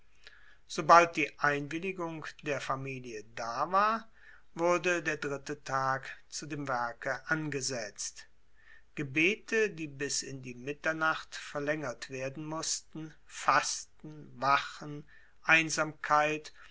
sobald die einwilligung der familie da war wurde der dritte tag zu dem werke angesetzt gebete die bis in die mitternacht verlängert werden mußten fasten wachen einsamkeit